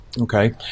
Okay